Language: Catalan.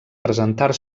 presentar